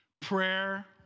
Prayer